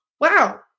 Wow